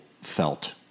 felt